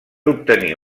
obtenir